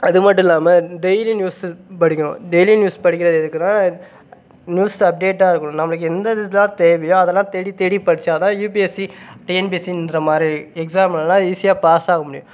அது மட்டும் இல்லாமல் டெய்லி நியூஸு படிக்கணும் டெய்லி நியூஸ் படிக்கிறது எதுக்குனால் நியூஸ் அப்டேட்டாக இருக்கணும் நம்மளுக்கு எந்த இதுதான் தேவையோ அதலாம் தேடி தேடி படித்தா தான் யூபிஎஸ்சி டிஎன்பிஎஸ்சின்கிற மாதிரி எக்ஸாமிலலாம் ஈஸியாக பாஸாக முடியும்